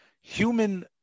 Human